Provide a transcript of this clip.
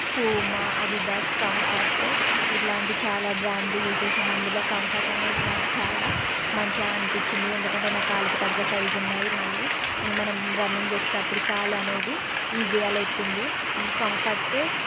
పుమా Adidas comfort ఇట్లాంటి చాలా బ్రాండ్లు యూస్ చేశాను అందులో కంఫర్ట్ అనేది నాకు చాలా మంచిగా అనిపించింది ఎందుకంటే నా కాళ్ళకు తగ్గా సైజ్ ఉన్నాయి మళ్ళీ ఇవి మనం రన్నింగ్ చేసేటప్పుడు కాలు అనేది ఈజిగా లేత్తుంది కంఫర్టు